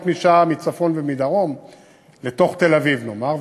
משעה מצפון ומדרום לתוך תל-אביב נאמר,